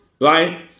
Right